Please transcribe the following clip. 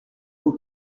beau